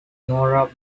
nora